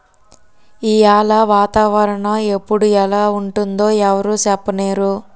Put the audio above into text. ఈయాల వాతావరణ ఎప్పుడు ఎలా ఉంటుందో ఎవరూ సెప్పనేరు